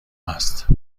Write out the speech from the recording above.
است